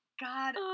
God